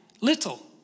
little